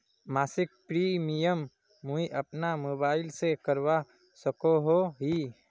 मासिक प्रीमियम मुई अपना मोबाईल से करवा सकोहो ही?